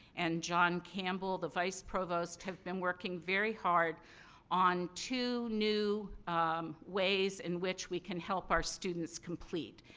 and john campbell, the vice provost have been working very hard on two new ways in which we can help our students complete.